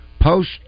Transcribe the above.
post